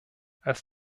als